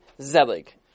Zelig